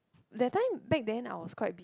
that time back then I was quite be~